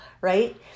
right